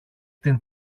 την